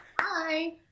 hi